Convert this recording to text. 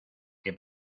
que